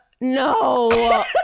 No